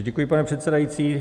Děkuji, pane předsedající.